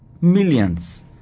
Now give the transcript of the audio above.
millions